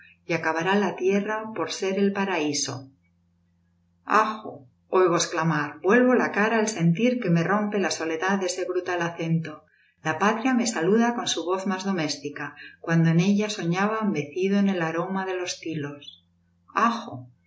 y acabará la tierra por ser el paraíso ajo oigo exclamar vuelvo la cara al sentir que me rompe la soledad ese brutal acento la patria me saluda con su voz más doméstica cuando en ella soñaba mecido en el aroma de los tilos ajo